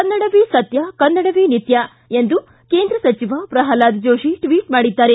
ಕನ್ನಡವೇ ಸತ್ಯ ಕನ್ನಡವೇ ನಿತ್ಯ ಎಂದು ಕೇಂದ್ರ ಸಚಿವ ಪ್ರಹ್ಲಾದ್ ಜೋಶಿ ಟ್ವಿಟ್ ಮಾಡಿದ್ದಾರೆ